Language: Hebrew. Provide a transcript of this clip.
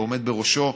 עומד בראשו.